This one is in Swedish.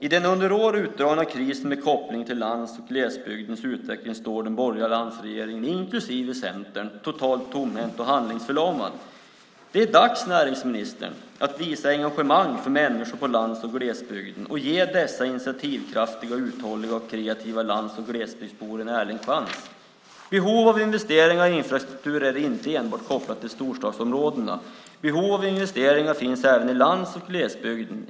I den under år utdragna krisen med koppling till lands och glesbygdens utveckling står den borgerliga alliansregeringen inklusive Centern totalt tomhänt och handlingsförlamad. Det är dags, näringsministern, att visa engagemang för människor på landsbygden och i glesbygden och ge dessa initiativkraftiga, uthålliga och kreativa lands och glesbygdsbor en ärlig chans. Behov av investeringar i infrastruktur är inte enbart kopplade till storstadsområdena. Behov av investeringar finns även på landsbygden och i glesbygden.